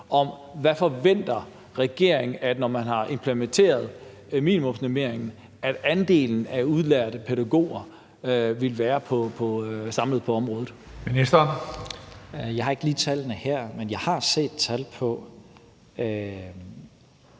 Hvad forventer regeringen, når man har implementeret minimumsnormeringen, at andelen af udlærte pædagoger vil være samlet på området? Kl.